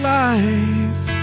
life